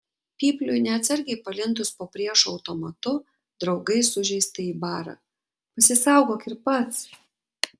pypliui neatsargiai palindus po priešo automatu draugai sužeistąjį bara pasisaugok ir pats